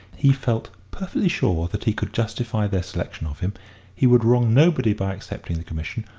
he felt perfectly sure that he could justify their selection of him he would wrong nobody by accepting the commission,